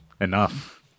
Enough